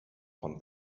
von